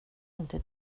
inte